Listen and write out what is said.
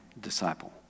disciple